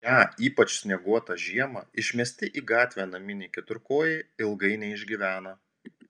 šią ypač snieguotą žiemą išmesti į gatvę naminiai keturkojai ilgai neišgyvena